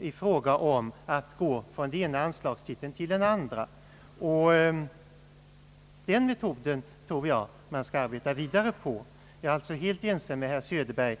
i fråga om att gå från den ena anslagstiteln till den andra. Den metoden tror jag att man skall arbeta vidare på. Jag är alltså där helt ense med herr Söderberg.